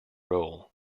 role